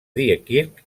diekirch